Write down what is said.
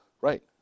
right